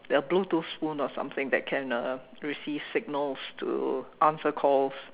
a bluetooth spoon or something that can uh receive signals to answer calls